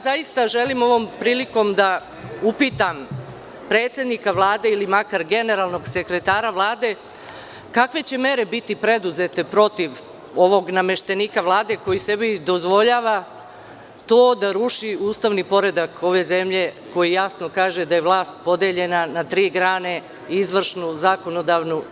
Zaista želim ovom prilikom da upitam predsednika Vlade ili makar generalnog sekretara Vlade – kakve će mere biti preduzete protiv ovog nameštenika Vlade koji sebi dozvoljava to da ruši ustavni poredak ove zemlje koji jasno kaže da je vlast podeljena na tri grane, izvršnu, sudsku i zakonodavnu?